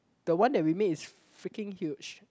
the one that we made is freaking huge